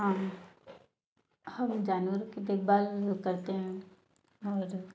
हाँ हम जानवर की देखभाल करते हैं और